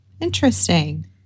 Interesting